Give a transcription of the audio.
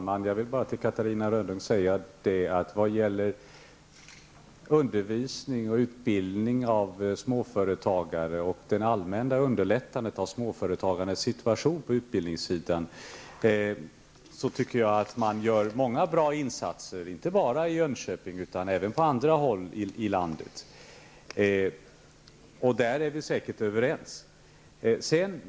Fru talman! Till Catarina Rönnung vill jag bara säga att när det gäller undervisning och utbildning av småföretagare och det allmänna underlättandet av småföretagarnas situation på utbildningssidan, tycker jag att man gör många bra insatser -- inte bara i Jönköping utan även på andra håll i landet. Vi är säkert överens om detta.